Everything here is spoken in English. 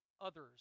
others